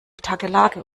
takelage